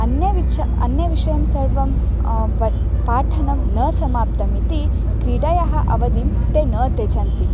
अन्य विच्छ अन्यविषयं सर्वं प पाठनं न समाप्तम् इति क्रीडायाः अवधिं ते न त्यजन्ति